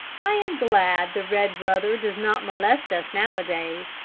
i am glad the red brother does not molest us nowadays,